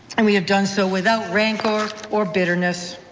and we have done so without rancor or bitterness.